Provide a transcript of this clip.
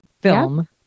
film